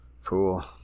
Fool